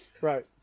Right